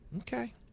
Okay